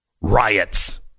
Riots